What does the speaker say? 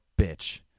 bitch